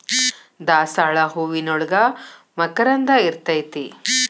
ದಾಸಾಳ ಹೂವಿನೋಳಗ ಮಕರಂದ ಇರ್ತೈತಿ